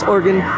Oregon